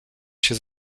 się